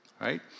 right